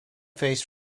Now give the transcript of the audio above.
faced